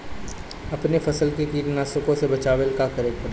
अपने फसल के कीटनाशको से बचावेला का करे परी?